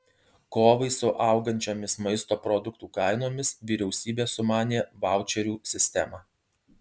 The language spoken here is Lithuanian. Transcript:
kovai su augančiomis maisto produktų kainomis vyriausybė sumanė vaučerių sistemą